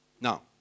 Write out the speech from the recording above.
Now